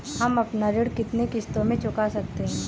हम अपना ऋण कितनी किश्तों में चुका सकते हैं?